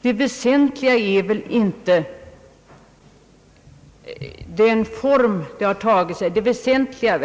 Det väsentliga är väl inte vilka former man valt vid sitt ställningstagande.